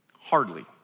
Hardly